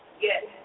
Yes